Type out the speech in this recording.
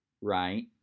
right